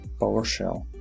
PowerShell